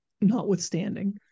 notwithstanding